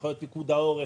הנחיות פיקוד העורף,